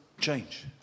change